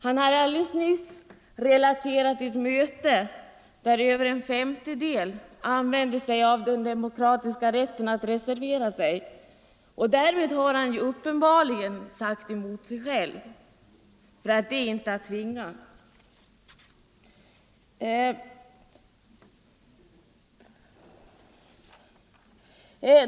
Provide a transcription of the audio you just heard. Han relaterade nyss ett möte, där över en femtedel använde sig av den demokratiska rätten att reservera sig. Därmed har han uppenbarligen motsagt sig själv. Kan man reservera sig är ingen tvingad att ansluta sig.